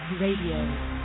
Radio